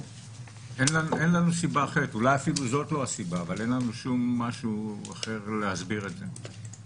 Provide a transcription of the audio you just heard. אולי אפילו זו לא הסיבה אבל אין לנו שום דבר אחר שיסביר את זה.